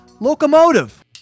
locomotive